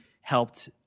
helped